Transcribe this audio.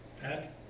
Pat